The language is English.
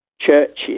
churches